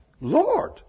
Lord